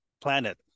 planet